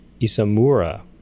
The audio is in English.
isamura